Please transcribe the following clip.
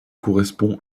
correspond